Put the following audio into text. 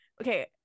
okay